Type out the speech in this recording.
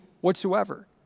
whatsoever